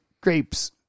grapes